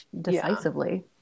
decisively